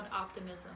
optimism